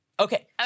Okay